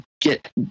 get